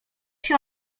się